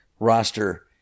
roster